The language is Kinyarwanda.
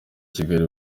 kigali